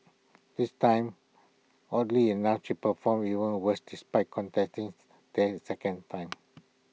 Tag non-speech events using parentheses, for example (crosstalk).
this time oddly enough she performed even worse despite contesting (noise) there A second time